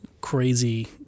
crazy